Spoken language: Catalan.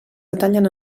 detallen